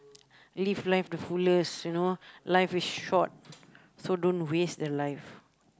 live life the fullest you know life is short so don't waste the life